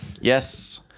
yes